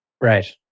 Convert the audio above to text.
Right